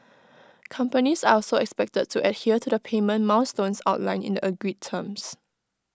companies are also expected to adhere to the payment milestones outlined in the agreed terms